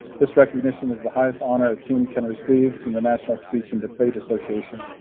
this recognition is the highest honor a team can receive from the national speech and debate association.